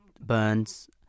burns